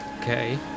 Okay